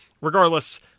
regardless